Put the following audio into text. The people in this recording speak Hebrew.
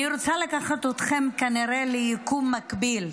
אני רוצה לקחת אתכם כנראה ליקום מקביל,